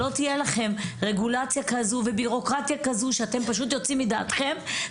שלא תהיה לכם כזו רגולציה ובירוקרטיה שיגרמו לכם לצאת מדעתכם.